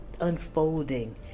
unfolding